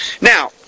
Now